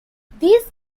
these